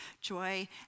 joy